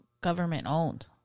government-owned